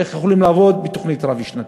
איך יכולים לעבוד בתוכנית רב-שנתית?